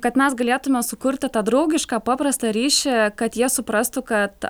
kad mes galėtume sukurti tą draugišką paprastą ryšį kad jie suprastų kad